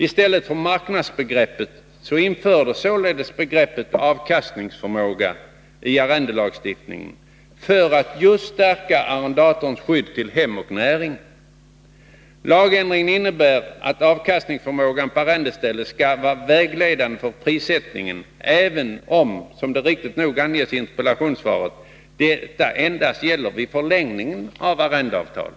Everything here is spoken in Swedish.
I stället för marknadsbegreppet infördes således begreppet ”avkastningsförmåga” i arrendelagstiftningen just för att stärka arrendatorernas skydd till hem och näring. Lagändringen innebär att avkastningsförmågan på arrendestället skall vara vägledande vid prissättningen, även om, som det riktigt nog anges i interpellationssvaret, detta endast gäller vid förlängning av arrendeavtal.